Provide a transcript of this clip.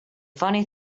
funny